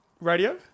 Radio